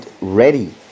ready